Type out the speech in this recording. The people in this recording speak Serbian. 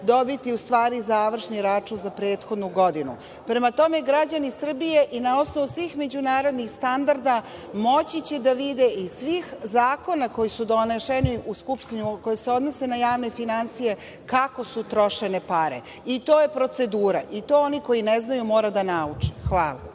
dobiti, u stvari, završni račun za prethodnu godinu. Prema tome, građani Srbije, i na osnovu svih međunarodnih standarda, moći će da vide i svih zakona koji su donešeni u Skupštini, koji se odnose na javne finansije, kako su trošene pare. I to je procedura, i to oni koji ne znaju mora da nauče. Hvala.(Boško